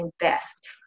invest